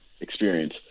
experience